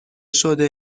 شده